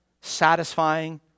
satisfying